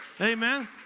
Amen